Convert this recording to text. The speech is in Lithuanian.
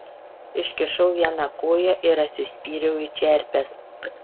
iškišau vieną koją ir atsispyriau į čerpes